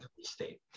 State